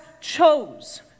chose